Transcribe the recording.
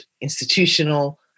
institutional